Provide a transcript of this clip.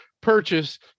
purchase